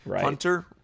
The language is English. hunter